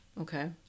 Okay